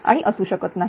आणि असू शकत नाही